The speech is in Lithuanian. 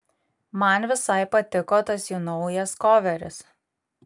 man visai patiko tas jų naujas koveris